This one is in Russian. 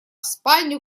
спальню